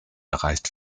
erreicht